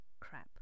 crap